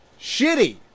shitty